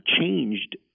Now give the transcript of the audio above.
changed